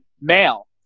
male